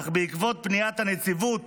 אך בעקבות פניית הנציבות